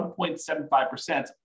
1.75%